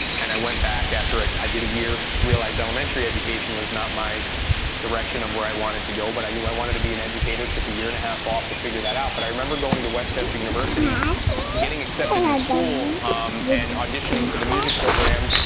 and i went back after it, i did a year, realized elementary education was not my direction of where i wanted to go, but i knew i wanted to be an educator, took a year and a half off to figure that out, but i remember going to west chester university getting accepted to the school um and auditioning for the music program,